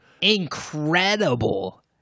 Incredible